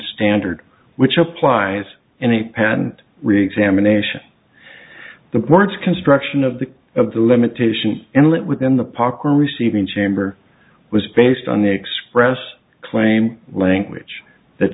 standard which applies in a patent reexamination the words construction of the of the limitation and within the poc were receiving chamber was based on the express claim language that